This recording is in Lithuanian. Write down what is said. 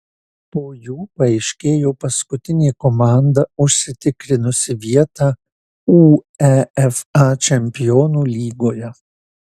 po jų paaiškėjo paskutinė komanda užsitikrinusi vietą uefa čempionų lygoje